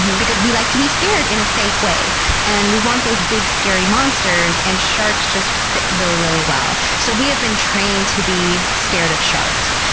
because we like to be scared in a safe way and we want those big scary monsters, and sharks just fit the bill really well. so, we have been trained to be scared of sharks,